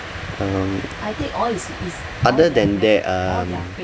um other than that um